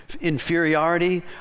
inferiority